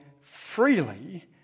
freely